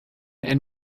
and